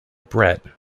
brett